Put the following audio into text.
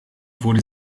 wurde